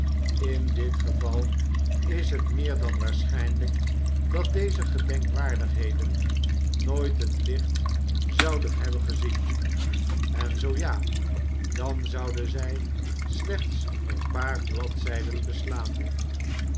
in dit geval is het meer dan waarschijnlijk dat deze gedenkwaardigheden nooit het licht zouden hebben gezien en zoo ja dan zouden zij slechts een paar bladzijden beslaande